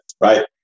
right